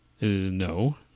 no